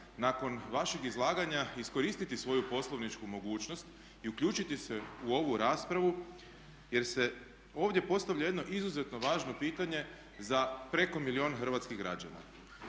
nakon vašeg izlaganja iskoristiti svoju poslovničku mogućnost i uključiti se u ovu raspravu jer se ovdje postavlja jedno izuzetno važno pitanje za preko milijun hrvatskih građana.